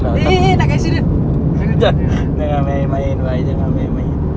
eh eh eh nak accident sangat ya